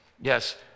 Yes